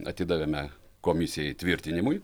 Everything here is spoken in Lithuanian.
atidavėme komisijai tvirtinimui